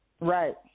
Right